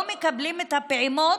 לא מקבלים את הפעימות,